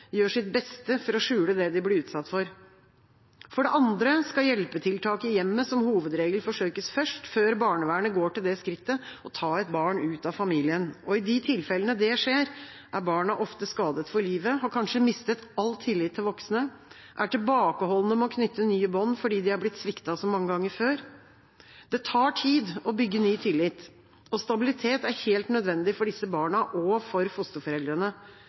gjør sitt beste for å skjule det de blir utsatt for. For det andre skal hjelpetiltak i hjemmet som hovedregel forsøkes først, før barnevernet går til det skrittet å ta et barn ut av familien. I de tilfellene det skjer, er barna ofte skadet for livet, har kanskje mistet all tillit til voksne og er tilbakeholdne med å knytte nye bånd, fordi de er blitt sviktet så mange ganger før. Det tar tid å bygge ny tillit. Stabilitet er helt nødvendig for disse barna og for fosterforeldrene.